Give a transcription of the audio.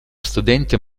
studente